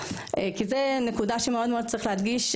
כי זו נקודה שמאוד צריך להדגיש,